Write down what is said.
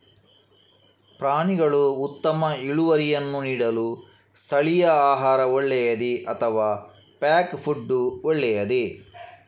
ಪ್ರಾಣಿಗಳು ಉತ್ತಮ ಇಳುವರಿಯನ್ನು ನೀಡಲು ಸ್ಥಳೀಯ ಆಹಾರ ಒಳ್ಳೆಯದೇ ಅಥವಾ ಪ್ಯಾಕ್ ಫುಡ್ ಒಳ್ಳೆಯದೇ?